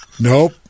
Nope